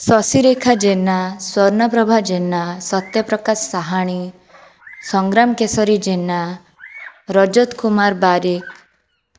Sasirekha Jena Swarnaprabha Jena Satyaprakash Sahani Sangram Keshari Jena Rajat Kumar Barik